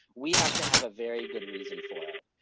we have to have a very good reason for it.